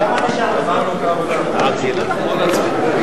להסיר מסדר-היום את הצעת חוק החברות (תיקון,